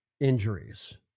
injuries